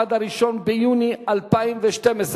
עד הראשון ביוני 2012,